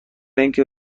اینکه